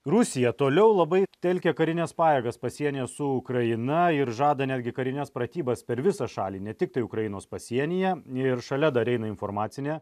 rusija toliau labai telkia karines pajėgas pasienyje su ukraina ir žada netgi karines pratybas per visą šalį ne tiktai ukrainos pasienyje ir šalia dar eina informacinė